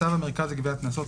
הצעת צו המרכז לגביית קנסות,